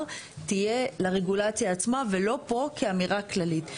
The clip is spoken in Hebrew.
תהיה לרגולציה עצמה ולא פה כאמירה כללית.